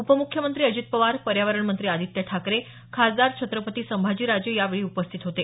उपमुख्यमंत्री अजित पवार पर्यावरण मंत्री आदित्य ठाकरे खासदार छत्रपती संभाजीराजे यावेळी उपस्थित होते